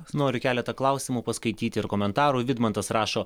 noriu keletą klausimų paskaityti ir komentarų vidmantas rašo